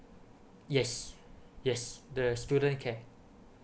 yes yes the student care